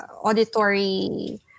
auditory